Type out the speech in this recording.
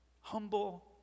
humble